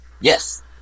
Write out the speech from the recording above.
Yes